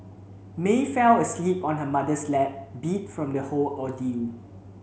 May fell asleep on her mother's lap beat from the whole ordeal